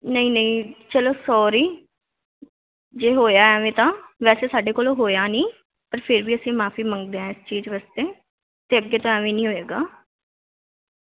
ਨਹੀਂ ਨਹੀਂ ਚਲੋ ਸੋਰੀ ਜੇ ਹੋਇਆ ਐਵੇਂ ਤਾਂ ਵੈਸੇ ਸਾਡੇ ਕੋਲੋਂ ਹੋਇਆ ਨਹੀਂ ਪਰ ਫਿਰ ਵੀ ਅਸੀਂ ਮਾਫੀ ਮੰਗਦੇ ਹਾਂ ਇਸ ਚੀਜ਼ ਵਾਸਤੇ ਅਤੇ ਅੱਗੇ ਤੋਂ ਐਵੇਂ ਨਹੀਂ ਹੋਏਗਾ